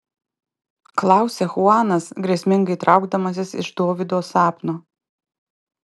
klausia chuanas grėsmingai traukdamasis iš dovydo sapno